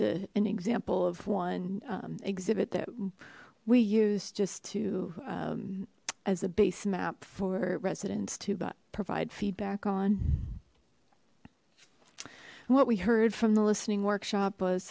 an example of one exhibit that we use just to as a base map for residents to provide feedback on what we heard from the listening workshop was